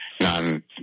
non